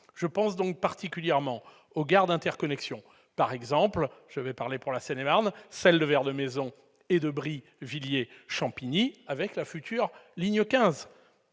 Je pense particulièrement aux gares d'interconnexion, par exemple, pour la Seine-et-Marne, celles de Vert-de-Maisons et Bry-Villiers-Champigny avec la future ligne 15.